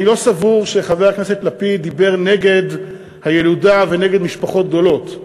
אני לא סבור שחבר הכנסת לפיד דיבר נגד הילודה ונגד משפחות גדולות.